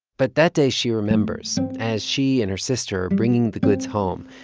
but that day she remembers, as she and her sister are bringing the goods home,